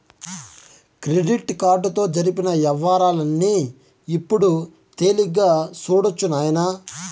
credit కార్డుతో జరిపిన యవ్వారాల్ని ఇప్పుడు తేలిగ్గా సూడొచ్చు నాయనా